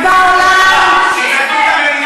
זה לא נותן לו שום לגיטימציה.